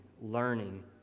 learning